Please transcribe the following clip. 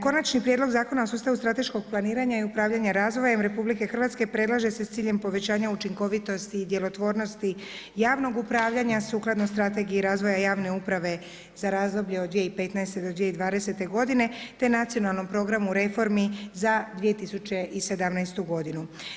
Konačni prijedlog Zakona o sustavu strateškog planiranja i upravljanje razvojem RH predlaže se s ciljem povećanja učinkovitosti i djelotvornosti javnog upravljanja sukladno Strategiji razvoja javne uprave za razdoblje od 2015. do 2020. godine, te Nacionalnom programu reformi za 2017. godinu.